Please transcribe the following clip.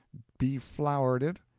beflowered it,